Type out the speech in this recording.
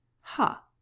ha